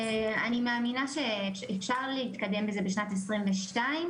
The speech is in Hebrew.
אני אוסיף שבאמת נעשתה עבודת